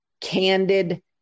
candid